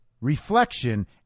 reflection